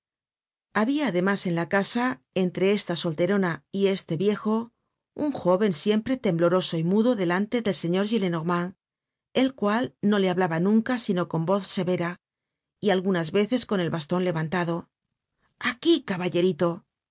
habia además en la casa entre esta solterona y este viejo un jóven siempre tembloroso y mudo delante del señor gillenormand el cual no le hablaba nunca sino con voz severa y algunas veces con el baston levantado aquí caballerato